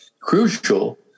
crucial